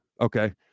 okay